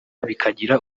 bikagira